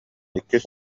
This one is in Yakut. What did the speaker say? иккис